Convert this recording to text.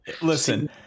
listen